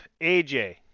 AJ